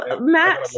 Matt